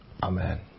Amen